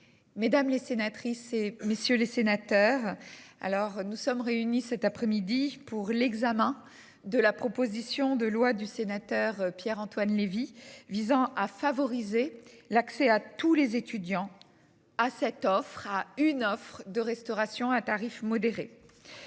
Mesdames les sénatrices et messieurs les sénateurs. Alors nous sommes réunis cet après-midi pour l'examen de la proposition de loi du sénateur Pierre-Antoine Levi visant à favoriser l'accès à tous les étudiants à cette offre à une offre de restauration à tarif modéré.